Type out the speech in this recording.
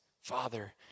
Father